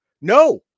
no